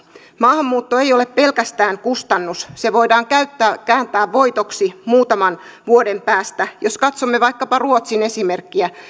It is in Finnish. maahanmuutto ei ole pelkästään kustannus se voidaan kääntää voitoksi muutaman vuoden päästä jos katsomme vaikkapa ruotsin esimerkkiä